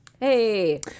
Hey